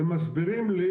ומסבירים לי